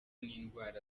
n’indwara